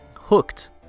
hooked